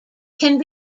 can